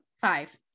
Five